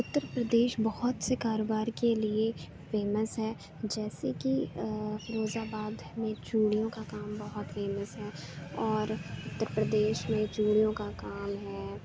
اتر پردیش بہت سے کاروبار کے لیے فیمس ہے جیسے کہ فیروز آباد میں چوڑیوں کا کام بہت فیمس ہے اور اتر پردیش میں چوڑیوں کا کام ہے